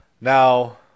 Now